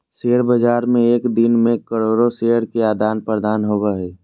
share बाज़ार में एक दिन मे करोड़ो शेयर के आदान प्रदान होबो हइ